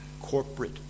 corporate